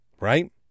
Right